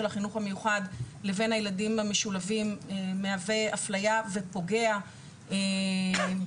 החינוך המיוחד לבין הילדים המשולבים מהווה אפליה ופוגע ביכולת